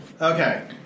Okay